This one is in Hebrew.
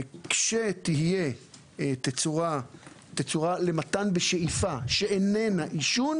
כשתהיה תצורה למתן בשאיפה שאיננה עישון